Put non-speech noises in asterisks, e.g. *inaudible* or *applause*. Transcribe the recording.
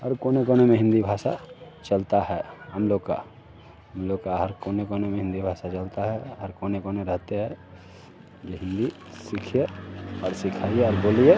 हर कोने कोने में हिन्दी भाषा चलती है हम लोग का हम लोग का हर कोने कोने में हिन्दी भाषा चलती है हर कोने कोने रहते हैं *unintelligible* सीखिए और सिखाइए और बोलिए